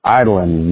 idling